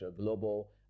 Global